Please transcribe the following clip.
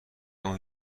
اون